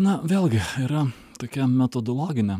na vėlgi yra tokia metodologinė